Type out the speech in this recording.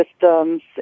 Systems